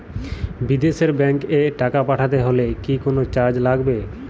বিদেশের ব্যাংক এ টাকা পাঠাতে হলে কি কোনো চার্জ লাগবে?